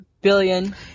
billion